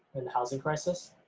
and the housing crisis.